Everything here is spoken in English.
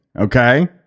okay